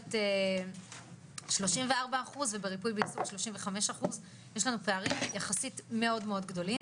תקשורת 34% ובריפוי בעיסוק 35%. יש לנו פערים יחסית מאוד מאוד גדולים.